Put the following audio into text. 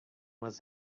was